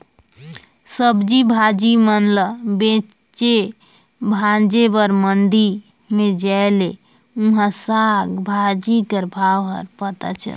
सब्जी भाजी मन ल बेचे भांजे बर मंडी में जाए ले उहां साग भाजी कर भाव हर पता चलथे